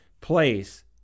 place